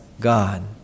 God